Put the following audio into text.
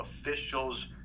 officials